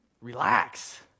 Relax